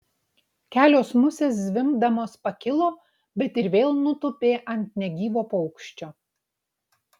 kelios musės zvimbdamos pakilo bet ir vėl nutūpė ant negyvo paukščio